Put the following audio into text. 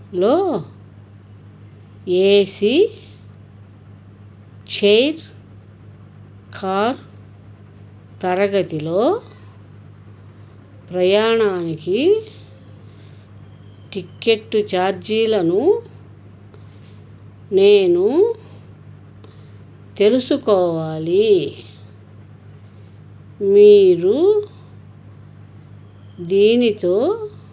లో AC chair car తరగతిలో ప్రయాణానికి టికెట్టు ఛార్జీలను నేను తెలుసుకోవాలి మీరు దీనితో